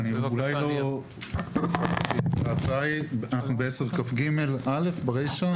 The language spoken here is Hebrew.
אנחנו בסעיף 10כג(א), ברישה.